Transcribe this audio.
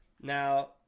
now